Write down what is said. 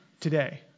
today